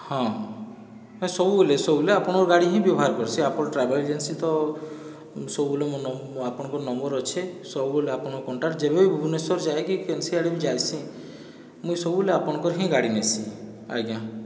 ହଁ ସବୁବେଲେ ସବୁବେଲେ ଆପଣଙ୍କ ଗାଡ଼ି ହିଁ ବ୍ୟବହାର କରସି ଆପଣ ଟ୍ରାଭେଲ ଏଜେନ୍ସି ତ ସବୁବେଲେ ମୋ ନମ ଆପଣଙ୍କ ନମ୍ବର ଅଛେ ସବୁବେଲେ ଆପଣ କଣ୍ଟାକଟ ଯେବେବି ଭୁବନେଶ୍ୱର ଯାଏ କି କେନସି ଆଡ଼େ ବି ଯାଇସି ମୁଇଁ ସବୁବେଲେ ଆପଣଙ୍କର ହିଁ ଗାଡ଼ି ନେସି ଆଜ୍ଞା